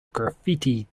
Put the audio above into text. graffiti